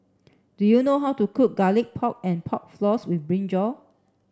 do you know how to cook garlic pork and pork floss with brinjal